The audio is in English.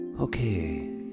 Okay